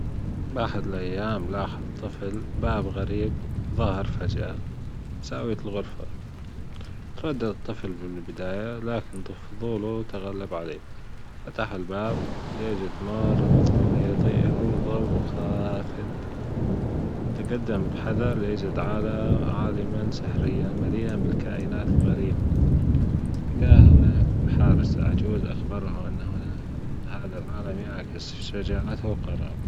بأحد الأيام لاحظ طفل باب غريب ظهر فجأة بزاوية الغرفة أhesitate الطفل بالبداية لكن فضوله تغلب عليه فتح الباب ليجد ممر مظلم يأتيه ضوء خافت تجدم بحذر ليجد عا- عالم سحريًا مليئًا بالكائنات الغريبة ألتجى هنا بحارس عجوز أخبره أن هنا هذا العالم يعكس شجاعته و